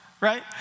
right